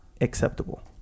acceptable